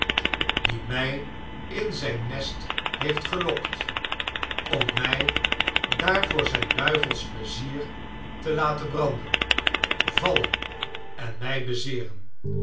die mij in zijn nest heeft gelokt om mij daar voor zijn duivelsch pleizier te laten branden vallen en mij